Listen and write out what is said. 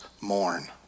mourn